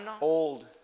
Old